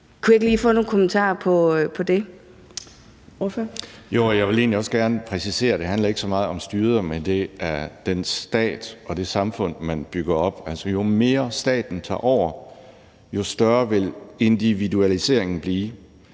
Kl. 12:53 Alex Ahrendtsen (DF): Jo, og jeg vil egentlig også gerne præcisere, at det ikke handler så meget om styret, men den stat og det samfund, man bygger op. Altså, jo mere staten tager over, jo større vil individualiseringen blive,